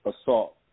assault